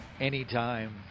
anytime